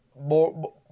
more